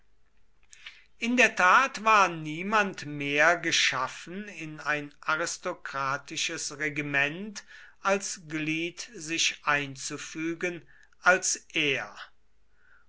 in der tat war niemand mehr geschaffen in ein aristokratisches regiment als glied sich einzufügen als er